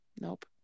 Nope